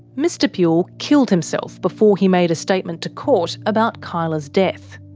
mr puhle killed himself before he made a statement to court about kyla's death.